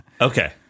Okay